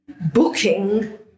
booking